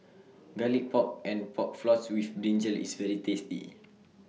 Garlic Pork and Pork Floss with Brinjal IS very tasty